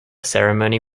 ceremony